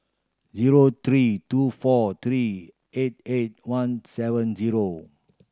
zero three two four three eight eight one seven zero